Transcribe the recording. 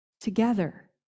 together